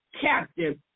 captive